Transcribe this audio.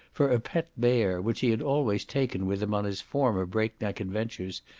for a pet bear, which he had always taken with him on his former break-neck adventures,